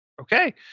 Okay